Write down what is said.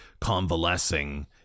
convalescing